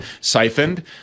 siphoned